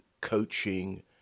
coaching